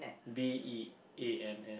B E A N S